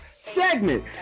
segment